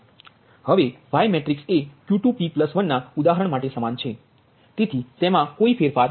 હવે Y matrix એ Q2p1ના ઉદાહરણ માટે સમાન છે તેથી તેમા કોઈ ફેરફાર નથી